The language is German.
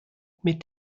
mit